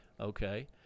Okay